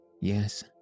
Yes